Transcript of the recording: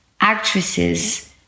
actresses